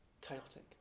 chaotic